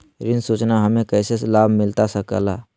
ऋण सूचना हमें कैसे लाभ मिलता सके ला?